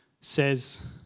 says